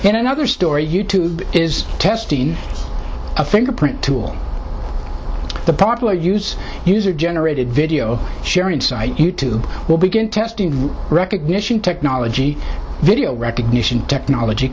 in another story you tube is testing a fingerprint tool the popular use user generated video sharing site you tube will begin testing for recognition technology video recognition technology